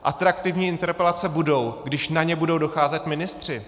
Atraktivní interpelace budou, když na ně budou docházet ministři.